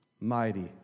Mighty